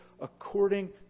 according